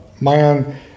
man